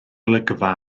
olygfa